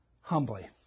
humbly